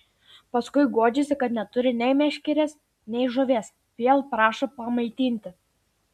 paskui guodžiasi kad neturi nei meškerės nei žuvies vėl prašo pamaitinti